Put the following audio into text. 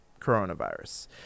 coronavirus